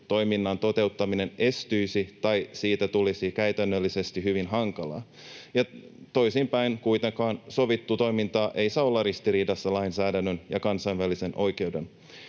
toiminnan toteuttaminen estyisi tai siitä tulisi käytännöllisesti hyvin hankalaa, ja toisinpäin: kuitenkaan sovittu toiminta ei saa olla ristiriidassa lainsäädännön ja kansainvälisen oikeuden